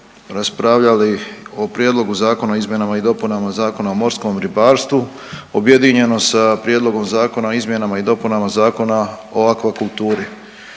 raspravljali o Prijedlogu zakona o izmjenama i dopunama Zakona o morskom ribarstvu objedinjeno sa Prijedlogom zakona o izmjenama i dopunama Zakona o akvakulturi.